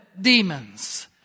demons